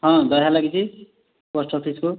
ହଁ ଦହିଆ ଲାଗିଛି ପୋଷ୍ଟ୍ ଅଫିସ୍କୁ